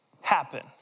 happen